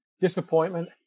disappointment